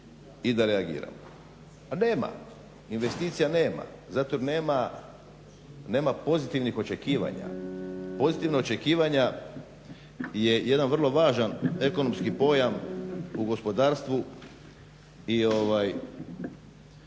i da reagiramo. Nema, investicija nema zato nema pozitivnih očekivanja. Pozitivna očekivanja je jedan vrlo važan ekonomski pojam u gospodarstvu i